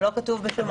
זה לא כתוב בשום מקום.